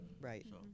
Right